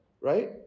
right